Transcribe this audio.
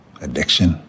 addiction